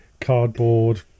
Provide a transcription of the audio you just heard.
cardboard